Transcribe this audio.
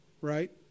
right